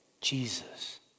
Jesus